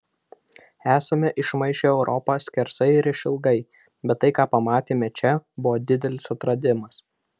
esame išmaišę europą skersai ir išilgai bet tai ką pamatėme čia buvo didelis atradimas